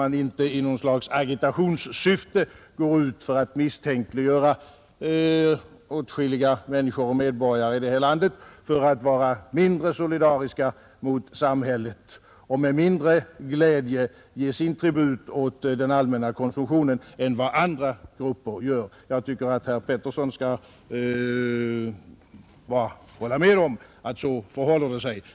Man bör inte i något slags agitationssyfte gå ut för att misstänkliggöra åtskilliga människor och medborgare i detta land för att vara mindre solidariska mot samhället och för att de med mindre glädje ger sin tribut åt den allmänna konsumtionen än vad andra grupper gör. Jag tycker att herr Pettersson bör hålla med om att det förhåller sig så.